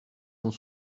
sont